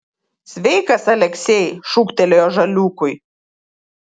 sveikas aleksej šūktelėjo žaliūkui